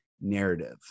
narrative